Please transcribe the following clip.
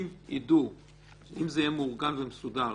אם זה יהיה מאורגן ומסודר,